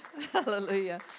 Hallelujah